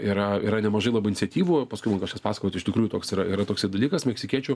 yra yra nemažai labai iniciatyvų paskui man kažkas pasakojo kad iš tikrųjų toks yra yra toksai dalykas meksikiečių